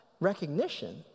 recognition